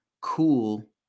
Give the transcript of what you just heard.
cool